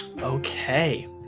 Okay